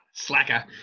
slacker